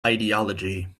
ideology